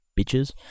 bitches